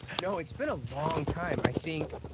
no, it's been a long time. i think.